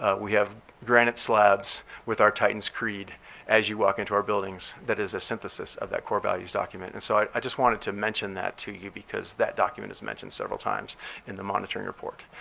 ah we have granite slabs with our titans creed as you walk into our buildings that is a synthesis of that core values document. and so i just wanted to mention that to you because that document is mentioned several times in the monitoring report.